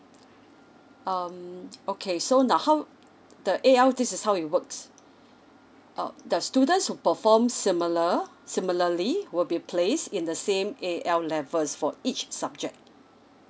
um okay so now how the A_L this is how it works uh the students who perform similar similarly will be placed in the same A_L levels for each subject